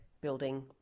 Building